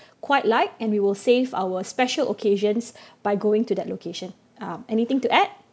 quite like and we will save our special occasions by going to that location um anything to add